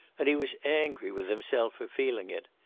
and he was angry with himself for feeling it.